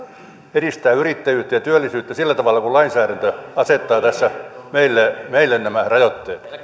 edistää yrittäjyyttä ja työllisyyttä sillä tavalla kuin lainsäädäntö asettaa tässä meille meille nämä rajoitteet